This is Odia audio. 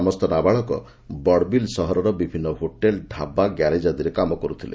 ସମସ୍ତ ନାବାଳକ ବଡବିଲ୍ ସହରର ବିଭିନ୍ ହୋଟେଲ ଢାବା ଗ୍ୟାରେଜ ଆଦିରେ କାମ କରୁଥିଲେ